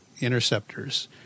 interceptors